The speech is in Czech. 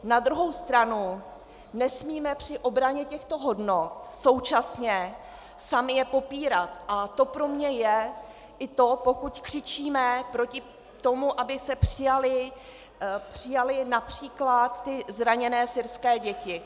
Na druhou stranu nesmíme při obraně těchto hodnot současně sami je popírat, a to pro mě je i to, pokud křičíme proti tomu, aby se přijaly například zraněné syrské děti.